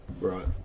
Right